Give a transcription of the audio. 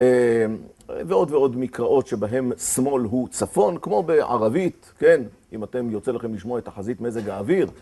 ועוד ועוד מקראות שבהן שמאל הוא צפון, כמו בערבית, אם אתם יוצא לכם לשמוע את תחזית מזג האוויר.